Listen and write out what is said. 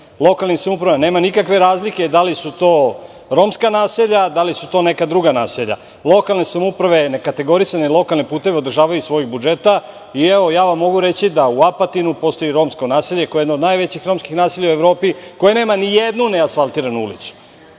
lokalnim samoupravama, nema nikakve razlike da li su to romska naselja ili neka druga naselja. Lokalne samouprave nekategorisane lokalne puteve održavaju iz svojih budžeta. Mogu vam reći da u Apatinu postoji romsko naselje koje je jedno od najvećih romskih naselja u Evropi koje nema nijednu neasfaltiranu ulicu